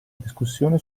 discussione